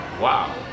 wow